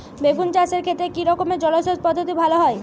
বেগুন চাষের ক্ষেত্রে কি রকমের জলসেচ পদ্ধতি ভালো হয়?